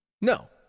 No